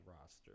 roster